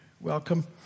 Welcome